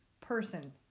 person